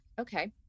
Okay